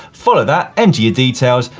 follow that, enter your details,